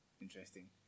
interesting